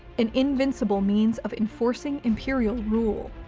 an invincible means of enforcing imperial rule.